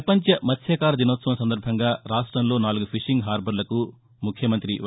ప్రపంచ మత్స్యకార దినోత్సవం సందర్బంగా రాష్టంలో నాలుగు ఫిషింగ్ హార్బర్లకు ముఖ్యమంత్రి వై